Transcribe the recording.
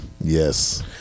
Yes